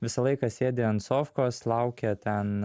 visą laiką sėdi ant sofkos laukia ten